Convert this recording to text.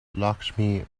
lakshmi